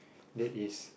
that is